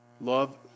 Love